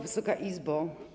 Wysoka Izbo!